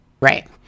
Right